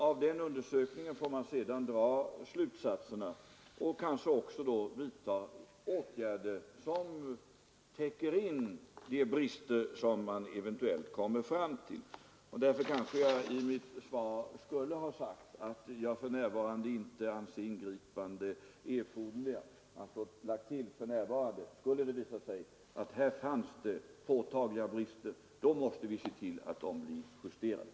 Av den undersökningen får man sedan dra slutsatser, och man får kanske också vidta åtgärder som täcker in de brister som eventuellt konstaterats. Därför kanske jag i mitt svar borde ha tillagt ”för närvarande”, dvs. att jag anser att något ingripande från min sida för närvarande inte erfordras, Skulle det visa sig att här fanns påtagliga brister, då måste vi se till att de blir justerade.